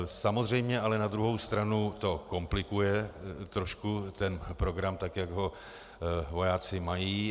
Samozřejmě to ale na druhou stranu komplikuje trošku program, jak ho vojáci mají.